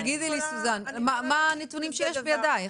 אז תגידי לי, סוזן, מה הנתונים שיש בידייך.